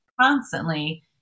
constantly